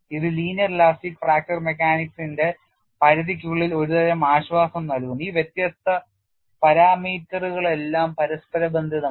അതിനാൽ ഇത് linear elastic fracture mechanics ഇന്റെ പരിധിക്കുള്ളിൽ ഒരുതരം ആശ്വാസം നൽകുന്നു ഈ വ്യത്യസ്ത പാരാമീറ്ററുകളെല്ലാം പരസ്പരബന്ധിതമാണ്